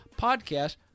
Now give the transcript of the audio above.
podcast